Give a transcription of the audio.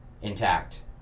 Intact